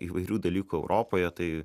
įvairių dalykų europoje tai